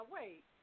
Wait